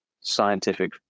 scientific